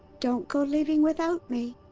don't go leaving without me!